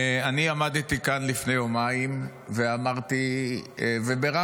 אני עמדתי כאן לפני יומיים, אמרתי ובירכתי: